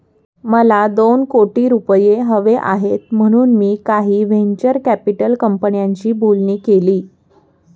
मला दोन कोटी रुपये हवे आहेत म्हणून मी काही व्हेंचर कॅपिटल कंपन्यांशी बोलणी केली